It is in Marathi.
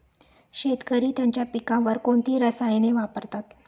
शेतकरी त्यांच्या पिकांवर कोणती रसायने वापरतात?